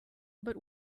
but